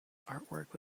artwork